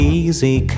easy